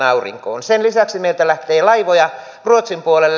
sen lisäksi meiltä lähtee laivoja ruotsin puolelle